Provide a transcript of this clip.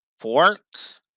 forks